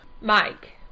Mike